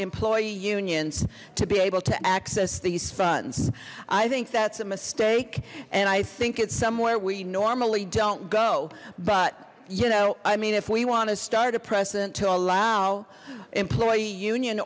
employee unions to be able to access these funds i think that's a mistake and i think it's somewhere we normally don't go but you know i mean if we want to start a precedent to allow employee union